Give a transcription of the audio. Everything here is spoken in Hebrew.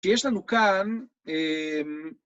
שיש לנו כאן